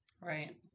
Right